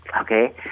okay